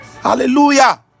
Hallelujah